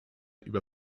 über